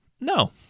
No